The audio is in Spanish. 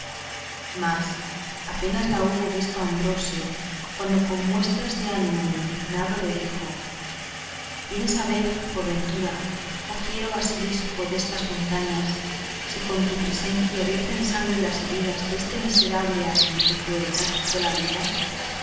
mas apenas la hubo visto ambrosio cuando con muestras de ánimo indignado le dijo vienes a ver por ventura oh fiero basilisco destas montañas si con tu presencia vierten sangre las heridas deste miserable a quien tu crueldad quitó la vida